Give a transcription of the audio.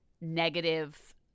negative